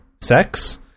sex